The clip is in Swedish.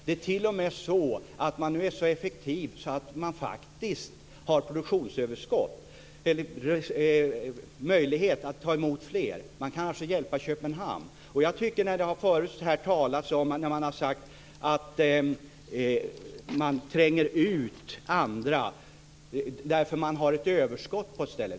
Man är t.o.m. så effektiv att man har produktionsöverskott och möjlighet att ta emot fler. Man kan alltså hjälpa Köpenhamn. Förut har här talats om att tränga ut andra, därför att det är överskott på ett ställe.